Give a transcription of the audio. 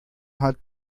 hat